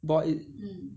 bought it